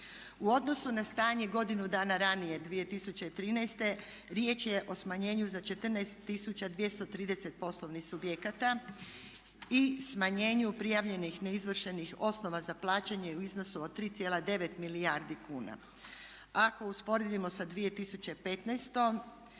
U odnosu na stanje godinu dana ranije 2013. riječ je o smanjenju za 14 230 poslovnih subjekata i smanjenju prijavljenih neizvršenih osnova za plaćanje u iznosu od 3,9 milijardi kuna. Ako usporedimo sa 2015.